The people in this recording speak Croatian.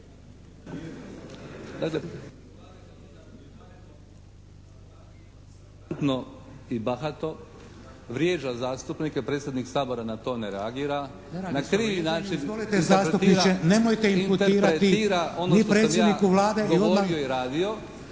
zastupniče. Nemojte imputirati ni predsjedniku Vlade.